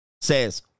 Says